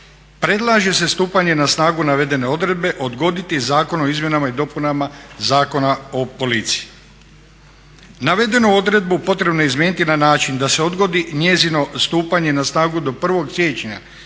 predlaže se stupanje na snagu navedene odredbe odgoditi Zakon o izmjenama i dopunama Zakona o policiji. Navedenu odredbu potrebno je izmijeniti na način da se odgodi njezino stupanje na snagu do 1. siječnja